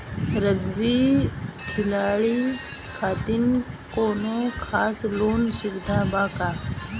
Rugby खिलाड़ी खातिर कौनो खास लोन सुविधा बा का?